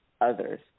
others